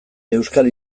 euskal